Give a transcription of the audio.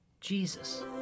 Jesus